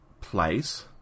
place